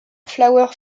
flower